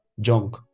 junk